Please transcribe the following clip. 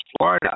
Florida